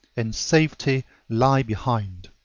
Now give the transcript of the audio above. and safety lie behind.